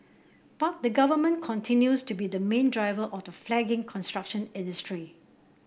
but the Government continues to be the main driver of the flagging construction industry